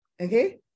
okay